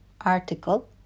Article